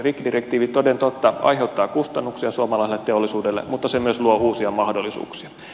rikkidirektiivi toden totta aiheuttaa kustannuksia suomalaiselle teollisuudelle mutta se myös luo uusia mahdollisuuksia